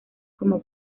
como